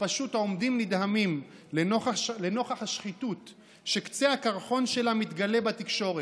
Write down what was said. שפשוט עומדים נדהמים לנוכח השחיתות שקצה הקרחון שלה מתגלה בתקשורת,